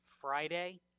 Friday